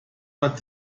war